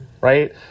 Right